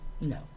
No